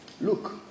Look